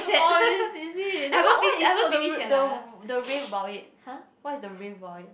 orh is is it then what what is so the the the rave about it what is the rave about it